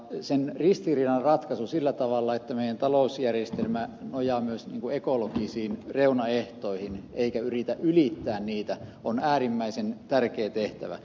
sen ristiriidan ratkaisu sillä tavalla että meidän talousjärjestelmämme nojaa myös ekologisiin reunaehtoihin eikä yritä ylittää niitä on äärimmäisen tärkeä tehtävä